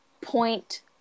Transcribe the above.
point